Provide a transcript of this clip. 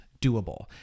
doable